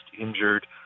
injured